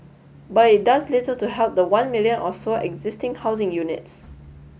but it does little to help the one million or so existing housing units